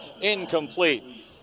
incomplete